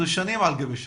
זה שנים על גבי שנים.